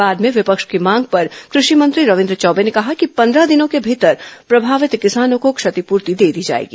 बाद में विपक्ष की मांग पर कृषि मंत्री रविन्द चौबे ने कहा कि पंद्रह दिनों के भीतर प्रभावित किसानों को क्षतिपूर्ति दे दी जाएगी